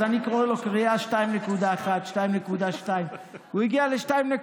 אז אני קורא לו קריאה 2.1, 2.2. הוא הגיע ל-2.9.